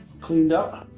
cleaned up,